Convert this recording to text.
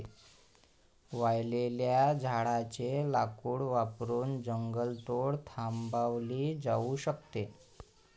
वाळलेल्या झाडाचे लाकूड वापरून जंगलतोड थांबवली जाऊ शकते